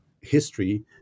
history